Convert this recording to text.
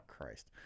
Christ